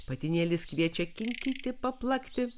patinėlis kviečia kinkyti paplakti